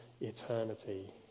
eternity